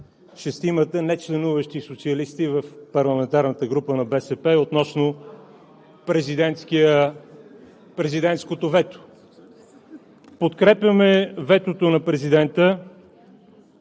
социалисти, нечленуващи в парламентарната група на БСП, относно президентското вето. Подкрепяме ветото на президента